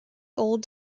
old